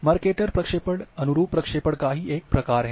Mercator प्रक्षेपण अनुरूप प्रक्षेपण का ही एक प्रकार है